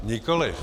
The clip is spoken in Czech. Nikoliv.